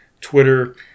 Twitter